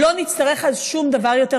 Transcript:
לא נצטרך אז שום דבר יותר,